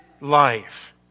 life